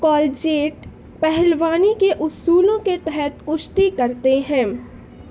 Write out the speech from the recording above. collegiate پہلوانی کے اصولوں کے تحت کشتی کرتے ہیں